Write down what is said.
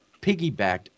piggybacked